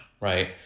Right